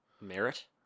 Merit